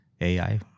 AI